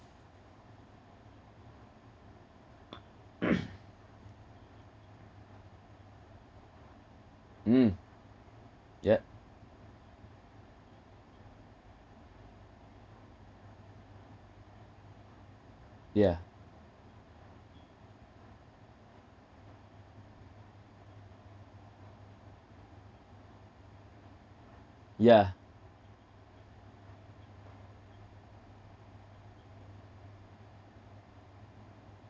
mm yup yeah yeah